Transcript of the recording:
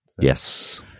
Yes